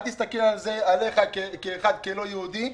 אל תסתכל עליך כעל לא יהודי,